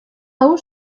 hau